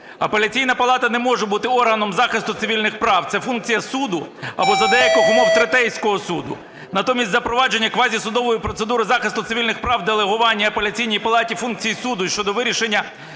Апеляційна палата не може бути органом захисту цивільних прав, це функція суду або за деяких умов третейсьеого суду. Натомість запровадження квазі-судової процедури захисту цивільних прав делегування Апеляційній палаті функції суду щодо вирішення